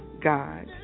God